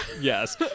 yes